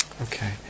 Okay